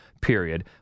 period